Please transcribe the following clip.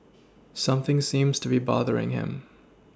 something seems to be bothering him